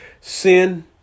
sin